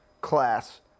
class